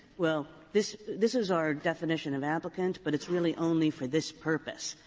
well, this this is our definition of applicant, but it's really only for this purpose,